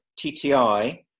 TTI